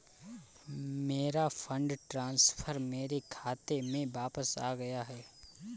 मेरा fund transfer मेरे खाते में वापस आ गया है